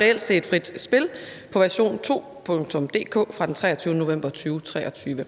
reelt set frit spil«« på www.version2.dk fra den 23. november 2023.